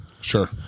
Sure